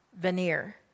veneer